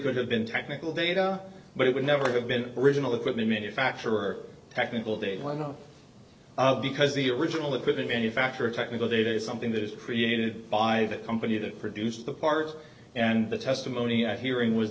could have been technical data but it would never have been original equipment manufacturer technical data one because the original equipment manufacturer technical data is something that is created by the company that produces the part and the testimony at hearing was